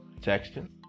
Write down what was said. texting